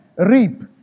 Reap